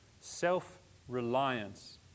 Self-Reliance